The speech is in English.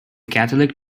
catholic